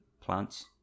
plants